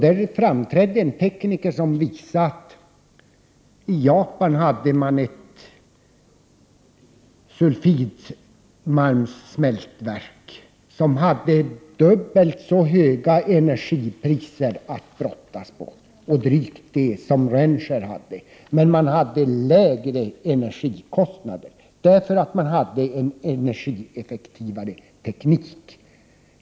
Där framträdde en tekniker som visade att man i Japan hade ett sulfitmalmssmältverk, som brottades med dubbelt så höga energipriser och drygt det som Rönnskär hade, men man hade lägre energikostnader därför att man tillämpade en energieffektivare teknik.